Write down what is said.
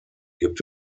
gibt